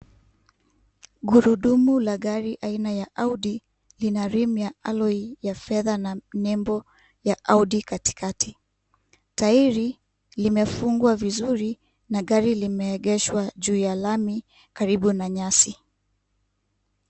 Gurudumu la gari aina ya Audi lina rim ya aloi ya fedha na nembo ya Audi katikati. Tairi limefungwa vizuri na gari limeegeshwa juu ya lami karibu na nyasi.